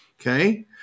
okay